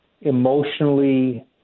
emotionally